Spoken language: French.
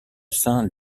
saint